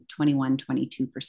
21-22%